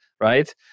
right